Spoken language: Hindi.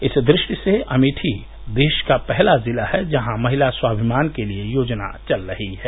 इस दृष्टि से अमेठी देश का पहला जिला है जहां महिला स्वाभिमान के लिए योजना चल रही है